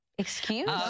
excuse